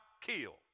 kill